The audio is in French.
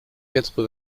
quatre